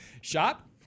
Shop